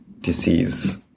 disease